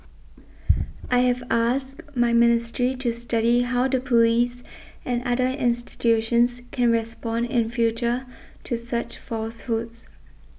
I have asked my ministry to study how the police and other institutions can respond in future to such falsehoods